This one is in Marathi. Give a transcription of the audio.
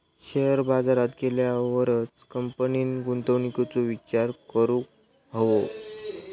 शेयर बाजारात गेल्यावरच कंपनीन गुंतवणुकीचो विचार करूक हवो